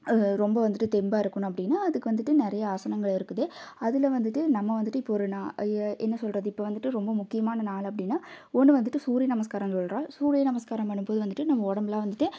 அது ரொம்ப வந்துட்டு தெம்பாக இருக்கணும் அப்படின்னா அதுக்கு வந்துட்டு நிறைய ஆசனங்கள் இருக்குது அதில் வந்துட்டு நம்ம வந்துட்டு இப்போ ஒரு நான் என்ன சொல்வது இப்போ வந்துட்டு ரொம்ப முக்கியமான நாள் அப்படின்னா ஒன்று வந்துட்டு சூரிய நமஸ்காரோம் சொல்கிறோம் சூரிய நமஸ்காரம் பண்ணும்போது வந்துட்டு நம்ம உடம்புலாம் வந்துட்டு